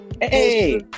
Hey